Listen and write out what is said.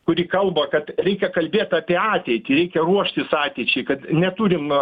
kuri kalba kad reikia kalbėt apie ateitį reikia ruoštis ateičiai kad neturim